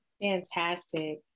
Fantastic